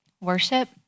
worship